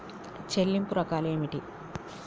చెల్లింపు రకాలు ఏమిటి?